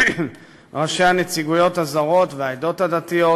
ראשי הנציגויות הזרות והעדות הדתיות,